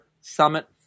Summit